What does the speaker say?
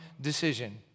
decision